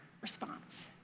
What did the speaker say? response